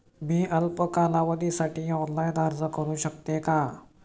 मी अल्प कालावधीसाठी ऑनलाइन अर्ज करू शकते का?